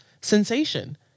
sensation